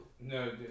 No